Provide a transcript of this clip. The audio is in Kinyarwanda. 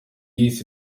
yise